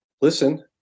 listen